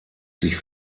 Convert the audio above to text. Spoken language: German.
sich